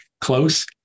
close